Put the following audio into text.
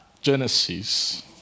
Genesis